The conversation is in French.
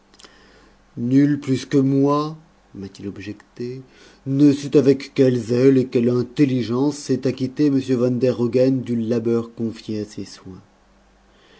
nul plus que moi m'a-t-il objecté ne sait avec quel zèle et quelle intelligence s'est acquitté m van der hogen du labeur confié à ses soins